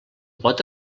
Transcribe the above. pot